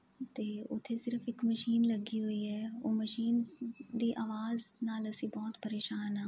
ਅਤੇ ਉੱਥੇ ਸਿਰਫ ਇੱਕ ਮਸ਼ੀਨ ਲੱਗੀ ਹੋਈ ਹੈ ਉਹ ਮਸ਼ੀਨ ਦੀ ਆਵਾਜ਼ ਨਾਲ ਅਸੀਂ ਬਹੁਤ ਪਰੇਸ਼ਾਨ ਹਾਂ